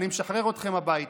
אני משחרר אתכם הביתה.